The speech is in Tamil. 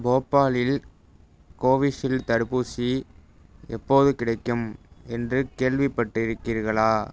போபாலில் கோவிட்ஷீல்ட் தடுப்பூசி எப்போது கிடைக்கும் என்று கேள்விப்பட்டிருக்கிறீர்களா